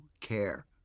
care